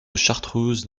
chartreuse